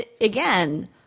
again